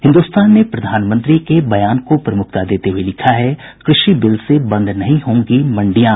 हिन्दुस्तान ने प्रधानमंत्री के बयान को प्रमुखता देते हुये लिखा है कृषि बिल से बंद नहीं होंगी मंडियां